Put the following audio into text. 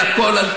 על הכול,